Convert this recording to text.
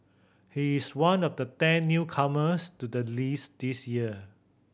he is one of the ten newcomers to the list this year